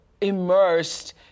immersed